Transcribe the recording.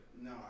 no